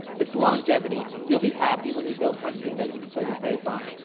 it's longevity, you'll be happy when you build something that you can put your face on.